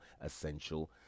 essential